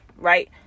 right